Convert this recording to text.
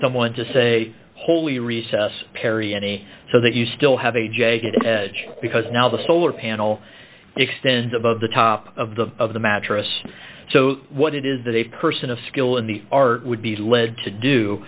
someone to say holy recess perry any so that you still have a jagged edge because now the solar panel extends above the top of the of the mattress so what it is that a person of skill in the art would be led to do